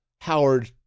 Howard